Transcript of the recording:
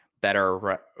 better